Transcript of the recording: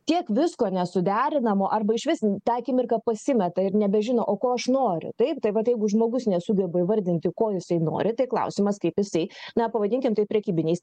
tiek visko nesuderinamo arba išvis tą akimirką pasimeta ir nebežino o ko aš noriu taip tai vat jeigu žmogus nesugeba įvardinti ko jisai nori tai klausimas kaip jisai na pavadinkim tai prekybiniais